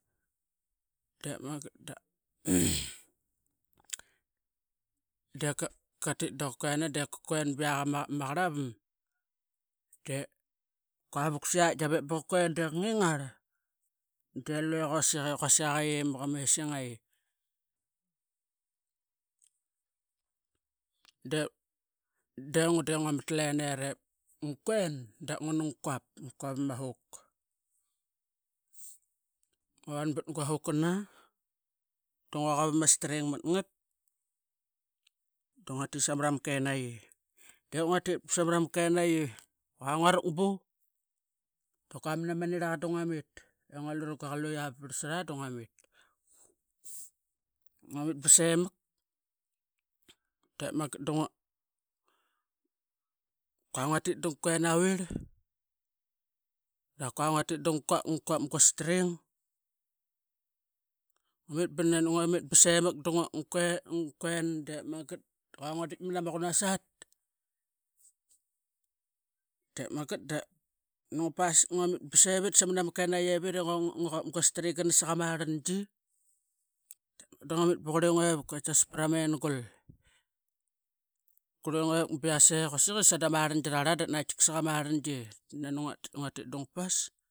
Dep magat deka tit da qa kuen deqangigar delue quasik quasik a qit emak ama esingaie de dengua denguamat leniara ip ngua kuen da ngan ngua quap ama hoke. Ngua van bat gua hoke kana dunga qap ama stringana matngat dungatit samarama kenayi de nguatti ba samarama kenayi. Qua nguarakbu dap qua manama niraqa danguamit ingualu raguaqa tti ba varsat a dunga mit ngua mit basemak dep manget duqa nguatit dungua quangua tit dungua quen navir dap que nguatit dungua quap ama string ivep banangua mit basaimak dungua quen. Dep mangat duquanga dit manama qenasat dep manget da nagua pas nani ngua mit sevit samarama kenayi vit ingua quap gua stringana saqama rangi dep mangat duanguat mit bunqure ngue vuk kaitas pramaingul. Kuringue vuk baiyase quasik ii sanda marangi arararan dap naqetika. Saqa marangi. Nani nguatit dungua pas.